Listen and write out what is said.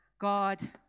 God